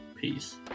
Peace